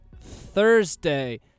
Thursday